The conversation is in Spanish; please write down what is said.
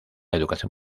educación